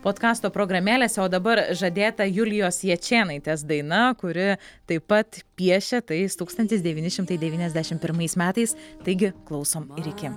potkasto programėlėse o dabar žadėta julijos jačėnaitės daina kuri taip pat piešė tais tūkstantis devyni šimtai devyniasdešim pirmais metais taigi klausom ir iki